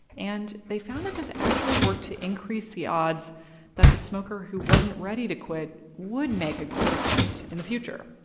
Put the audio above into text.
and they found that this actually worked to increase the odds that the smoker who wasn't ready to quit would make a quit attempt in the future.